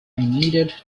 needed